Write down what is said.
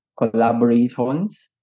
collaborations